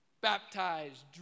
baptized